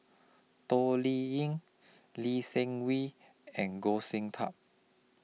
Toh Liying Lee Seng Wee and Goh Sin Tub